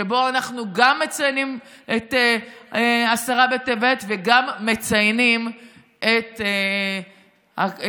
שבו אנחנו גם מציינים את עשרה בטבת וגם מציינים את הממשלה,